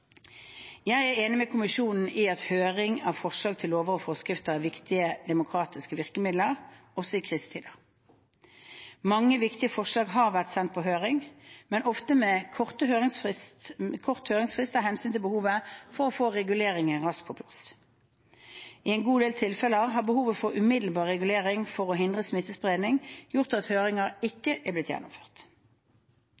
Jeg er enig med kommisjonen i at høring av forslag til lover og forskrifter er et viktig demokratisk virkemiddel, også i krisetider. Mange viktige forslag har vært sendt på høring, men ofte med kort høringsfrist av hensyn til behovet for å få regulering raskt på plass. I en god del tilfeller har behovet for umiddelbar regulering for å hindre smittespredningen gjort at